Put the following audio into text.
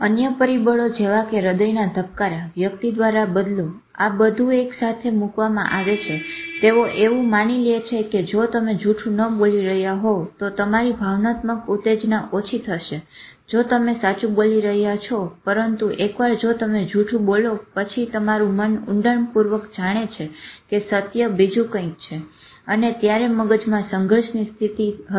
અન્ય પરિબળો જેવા કે હદયના ધબકારા વ્યક્તિ દ્વારા બદલો આ બધું એકસાથે મુકવામાં આવે છે તેઓ એવું માની લ્યે છે કે જો તમે જુઠું ન બોલી રહ્યા હોવ તો તમારી ભાવનાત્મક ઉતેજના ઓછી થશે જો તમે સાચું બોલી રહ્યા છો પરંતુ એકવાર જો તમે જુઠું બોલો પછી તમારું મન ઊંડાણપૂર્વક જાણે છે કે સત્ય બીજું કંઈક છે અને ત્યારે મગજમાં સંઘર્ષની સ્થિતિ હશે